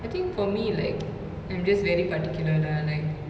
I think for me like I'm just very particular lah like